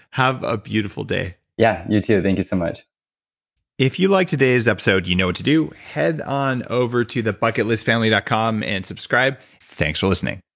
have a beautiful day yeah, you too, thank you so much if you liked today's episode, you know what to do, head on over to thebucketlistfamily dot com, and subscribe. thanks for listening